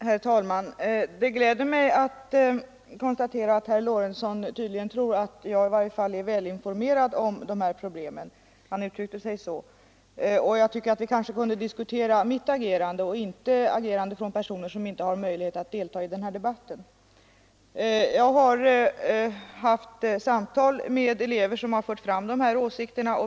Herr talman! Det gläder mig att konstatera att herr Lorentzon tydligen i varje fall tror att jag är väl informerad om dess problem. Han uttrycker sig så. Men vi kanske kunde diskutera mitt agerande och inte agerandet av personer som inte har möjlighet att delta i den här debatten. Jag har haft samtal med elever som fört fram dessa åsikter.